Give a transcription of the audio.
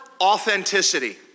authenticity